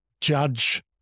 judge